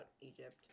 Egypt